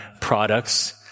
products